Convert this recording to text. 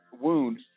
wound